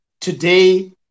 today